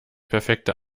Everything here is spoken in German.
perfekte